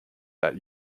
that